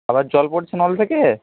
আবার জল পড়ছে নল থেকে